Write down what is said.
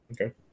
Okay